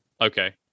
okay